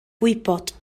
gwybod